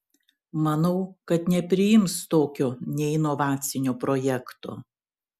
manau kad nepriims tokio neinovacinio projekto